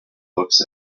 books